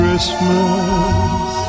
Christmas